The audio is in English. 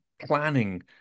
planning